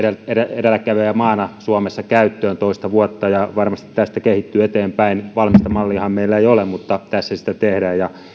edelläkävijämaana suomessa käyttöön tästä on toista vuotta ja se varmasti tästä kehittyy eteenpäin valmista malliahan meillä ei ole mutta tässä sitä tehdään ja